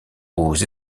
aux